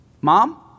Mom